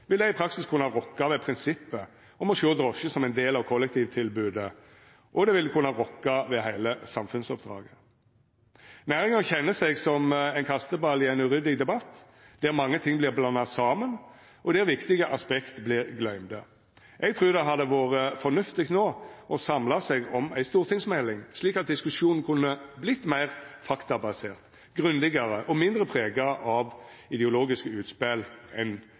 vil det i praksis kunna rokka ved prinsippet om å sjå drosje som ein del av kollektivtilbodet, og det vil kunna rokka ved heile samfunnsoppdraget. Næringa kjenner seg som ein kasteball i ein uryddig debatt, der mange ting vert blanda saman, og der viktige aspekt vert gløymde. Eg trur det hadde vore fornuftig no å samla seg om ei stortingsmelding, slik at diskusjonen kunne vorte meir faktabasert, grundigare og mindre prega av ideologiske utspel enn